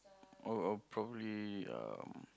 or or probably um